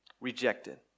rejected